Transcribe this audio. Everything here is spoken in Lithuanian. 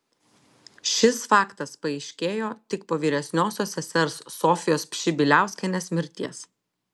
šis faktas paaiškėjo tik po vyresniosios sesers sofijos pšibiliauskienės mirties